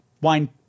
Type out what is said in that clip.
wine